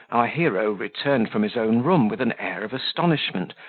our hero returned from his own room with an air of astonishment,